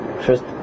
first